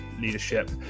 leadership